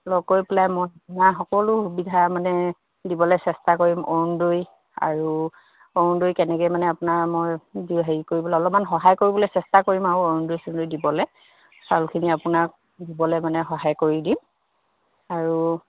লগ কৰি পেলাই মই আপোনাৰ সকলো সুবিধা মানে দিবলৈ চেষ্টা কৰিম অৰুণোদয় আৰু অৰুণোদয় কেনেকৈ মানে আপোনাৰ মই হেৰি কৰিবলৈ অলপমান সহায় কৰিবলৈ চেষ্টা কৰিম আৰু অৰুণোদয় চৰুণোদয় দিবলৈ চাউলখিনি আপোনাক দিবলৈ মানে সহায় কৰি দিম আৰু